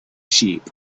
sheep